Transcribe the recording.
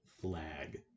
flag